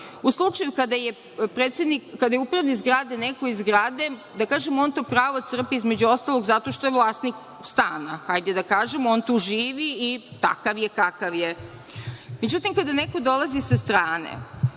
U slučaju kada je upravnik zgrade neko iz zgrade, da kažemo, on to pravo crpi, između ostalog, zato što je vlasnik stana, on tu živi i takav je kakav je. Međutim, kada neko dolazi sa strane,